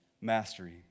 mastery